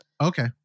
Okay